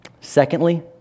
Secondly